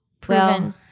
Proven